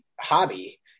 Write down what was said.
hobby